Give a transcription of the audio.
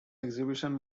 exhibition